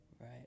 Right